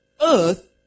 earth